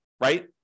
right